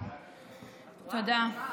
תודה.